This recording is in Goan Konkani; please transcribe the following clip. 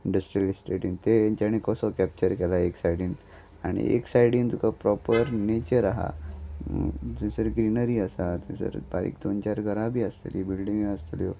इंडस्ट्रियल इस्टेटीन तें तेंच्यानी कसो कॅप्चर केला एक सायडीन आनी एक सायडीन तुका प्रोपर नेचर आहा थंयसर ग्रिनरी आसा थंयसर बारीक दोन चार घरां बी आसतलीं बिल्डींग्योय आसतल्यो